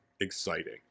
exciting